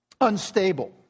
unstable